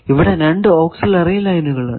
ഇവിടെ രണ്ടു ഓക്സിലറി ലൈനുകൾ ഉണ്ട്